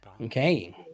Okay